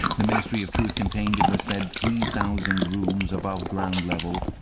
the ministry of truth contained, it was said, three thousand rooms above ground level,